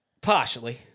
Partially